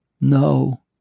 No